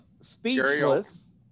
Speechless